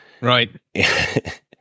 Right